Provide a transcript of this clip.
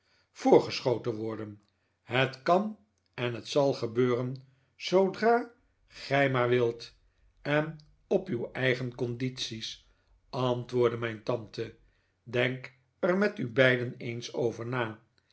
voorgeschoten worden het kan en het zal gebeuren zoodra gij maar wilt en op uw eigen condities antwoordde mijn tante denkt er met u beiden eens over na